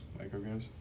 Micrograms